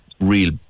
real